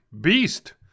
beast